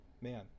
Man